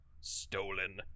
stolen